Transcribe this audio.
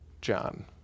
John